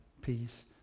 peace